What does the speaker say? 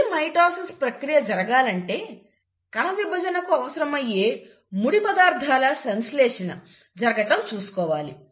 ఈ మైటోసిస్ ప్రక్రియ జరగాలంటే కణవిభజనకు అవసరమయ్యే ముడి పదార్థాల సంశ్లేషణ జరగటం చూసుకోవాలి